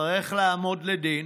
תצטרך לעמוד לדין.